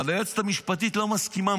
אבל היועצת המשפטית לא מסכימה.